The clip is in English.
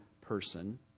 person